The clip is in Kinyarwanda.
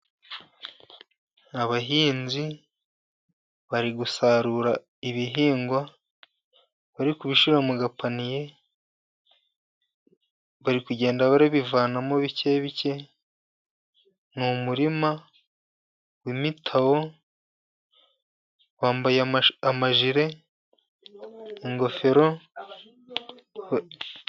Abahinzi bari gusarura ibihingwa bari kubishyira mu gapaniye. Bari kugenda barabivanamo bike bike, ni umurima w'imitabo, bambaye amajire n'ingofero...